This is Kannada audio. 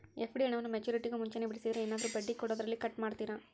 ಎಫ್.ಡಿ ಹಣವನ್ನು ಮೆಚ್ಯೂರಿಟಿಗೂ ಮುಂಚೆನೇ ಬಿಡಿಸಿದರೆ ಏನಾದರೂ ಬಡ್ಡಿ ಕೊಡೋದರಲ್ಲಿ ಕಟ್ ಮಾಡ್ತೇರಾ?